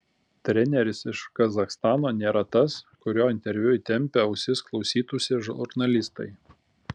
treneris iš kazachstano nėra tas kurio interviu įtempę ausis klausytųsi žurnalistai